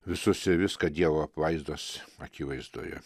visus ir viską dievo apvaizdos akivaizdoje